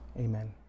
amen